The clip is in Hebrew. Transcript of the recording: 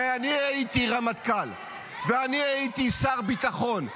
הרי אני הייתי רמטכ"ל ואני הייתי שר ביטחון,